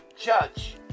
judge